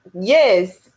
yes